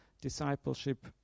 discipleship